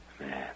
Man